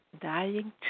dying